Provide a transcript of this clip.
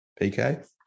PK